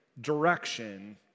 direction